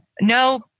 no